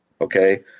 okay